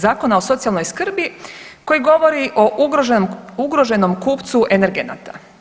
Zakona o socijalnoj skrbi koji govori o ugroženom kupcu energenata.